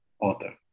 author